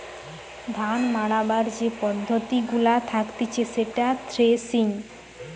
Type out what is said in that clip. ধান মাড়াবার যে পদ্ধতি গুলা থাকতিছে সেটা থ্রেসিং